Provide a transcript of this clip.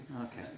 Okay